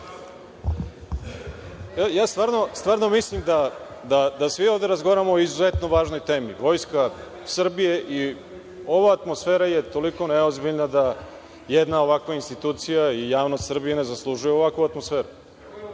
Ja stvarno mislim da svi ovde razgovaramo o izuzetno važnoj temi i ova atmosfera je toliko neozbiljna da jedna ovakva institucija i javnost Srbije ne zaslužuje ovakvu atmosferu. Ne